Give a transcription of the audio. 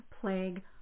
plague